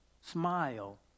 Smile